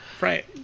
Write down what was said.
Right